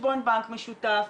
חשבון בנק משותף,